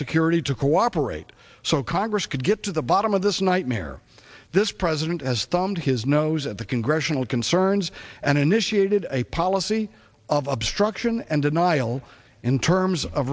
security to cooperate so congress could get to the bottom of this nightmare this president as thumbed his nose at the congressional concerns and initiated a policy of obstruction and denial in terms of